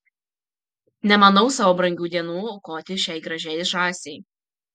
nemanau savo brangių dienų aukoti šiai gražiai žąsiai